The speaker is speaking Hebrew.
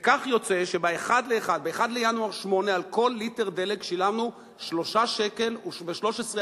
וכך יוצא שב-1 בינואר 2008 שילמנו על כל ליטר דלק 3.13 שקלים מסים,